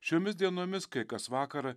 šiomis dienomis kai kas vakarą